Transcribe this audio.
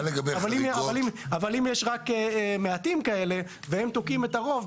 אבל אם יש רק מעטים כאלה והם תוקעים את הרוב,